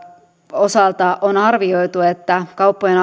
osalta on arvioitu että kauppojen